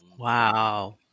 Wow